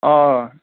آ آ